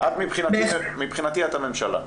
מבחינתי את הממשלה.